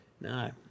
No